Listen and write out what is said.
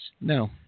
No